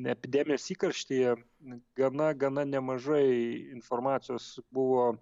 epidemijos įkarštyje gana gana nemažai informacijos buvo